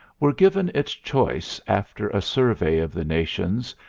were given its choice after a survey of the nations,